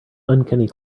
uncanny